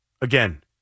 Again